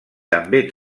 també